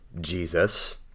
Jesus